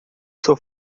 sua